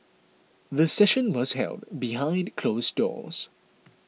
the session was held behind closed doors